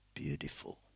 beautiful